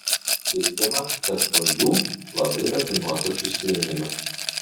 teigiama kad fondiu labai rafinuotas užsiėmimas